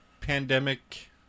pandemic